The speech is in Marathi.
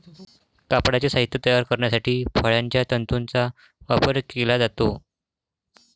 कापडाचे साहित्य तयार करण्यासाठी फळांच्या तंतूंचा वापर केला जातो